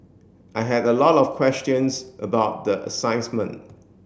I had a lot of questions about the